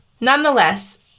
nonetheless